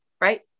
right